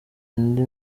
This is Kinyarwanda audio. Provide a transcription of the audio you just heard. indi